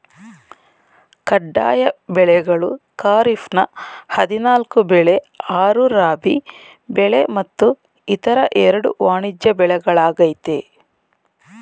ಕಡ್ಡಾಯ ಬೆಳೆಗಳು ಖಾರಿಫ್ನ ಹದಿನಾಲ್ಕು ಬೆಳೆ ಆರು ರಾಬಿ ಬೆಳೆ ಮತ್ತು ಇತರ ಎರಡು ವಾಣಿಜ್ಯ ಬೆಳೆಗಳಾಗಯ್ತೆ